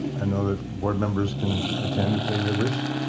and know that board members can attend, if they wish